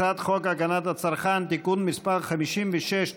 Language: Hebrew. הצעת חוק הגנת הצרכן (תיקון מס' 56),